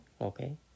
okay